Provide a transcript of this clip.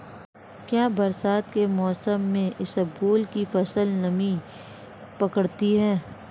क्या बरसात के मौसम में इसबगोल की फसल नमी पकड़ती है?